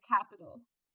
capitals